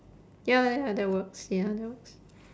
ya ya ya that works ya that works